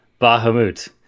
Bahamut